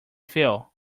feel